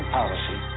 policy